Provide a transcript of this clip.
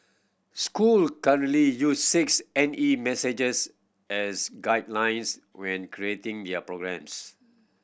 school currently use six N E messages as guidelines when creating their programmes